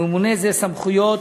לממונה זה יהיו סמכויות